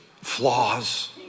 flaws